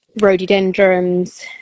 Rhododendrons